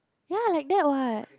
ya like that what